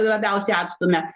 labiausiai atstumia